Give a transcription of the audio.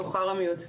בבקשה.